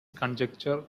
conjecture